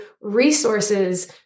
resources